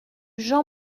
jean